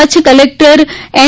Kutch collector N